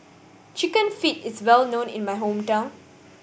Chicken Feet is well known in my hometown